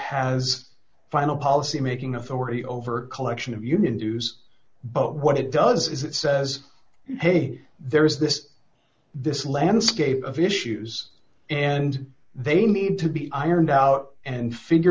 has final policy making authority over collection of union dues but what it does is it says hey there is this this landscape of issues and they need to be ironed out and figure